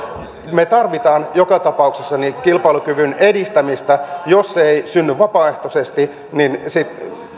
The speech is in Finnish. me tarvitsemme joka tapauksessa kilpailukyvyn edistämistä jos se ei synny vapaaehtoisesti sitten